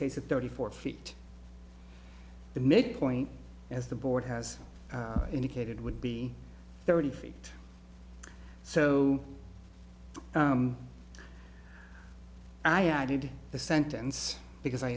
case at thirty four feet the midpoint as the board has indicated would be thirty feet so i added to the sentence because i